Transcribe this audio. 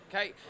Okay